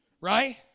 Right